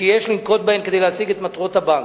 שיש לנקוט כדי להשיג את מטרות הבנק.